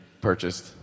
purchased